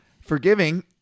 Forgiving